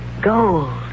Gold